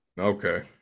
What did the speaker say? Okay